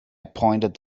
pointed